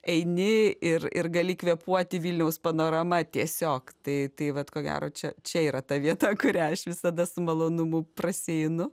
eini ir ir gali kvėpuoti vilniaus panorama tiesiog tai tai vat ko gero čia čia yra ta vieta kurią aš visada su malonumu prasieinu